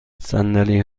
صندلی